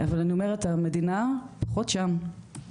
אבל אני אומרת המדינה עוד שם,